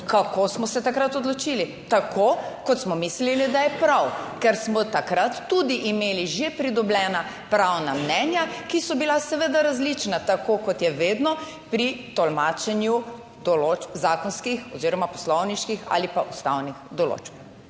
Kako smo se takrat odločili? Tako kot smo mislili, da je prav, ker smo takrat tudi imeli že pridobljena pravna mnenja, ki so bila seveda različna tako kot je vedno pri tolmačenju določb zakonskih oziroma poslovniških ali pa ustavnih določb.